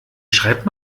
schreibt